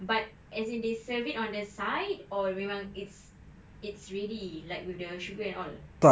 but as in they served it on the side or memang it's it's really like with the sugar and all